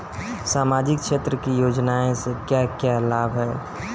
सामाजिक क्षेत्र की योजनाएं से क्या क्या लाभ है?